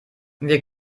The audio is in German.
wir